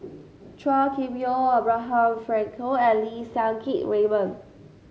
Chua Kim Yeow Abraham Frankel and Lim Siang Keat Raymond